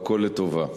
והכול לטובה.